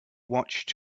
watched